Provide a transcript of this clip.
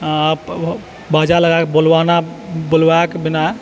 आ बाजा लगाकऽ बुलवाना बुलवाय कऽ बिना